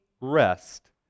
rest